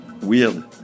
weird